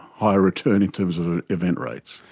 higher return in terms of event rates.